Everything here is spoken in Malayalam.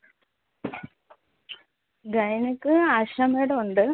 ഗൈനക്ക് ആശ മാഡം ഉണ്ട്